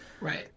Right